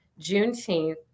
Juneteenth